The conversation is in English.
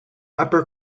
upper